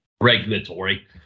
regulatory